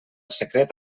secret